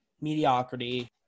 mediocrity